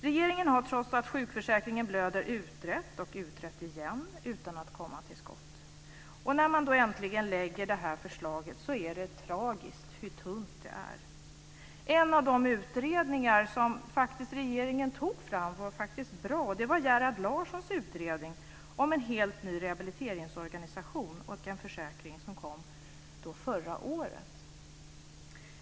Regeringen har trots att sjukförsäkringen blöder utrett och utrett igen utan att komma till skott. När man äntligen lägger fram förslaget är det tragiskt att se hur tunt det är. En av de utredningar som regeringen faktiskt tog fram och som verkligen var bra var Gerhard Larssons utredning om en helt ny rehabiliteringsorganisation och en försäkring, som kom förra året.